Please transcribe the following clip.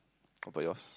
how about yours